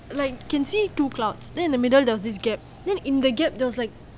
like can see two clouds then in the middle there was this gap then in the gap there was like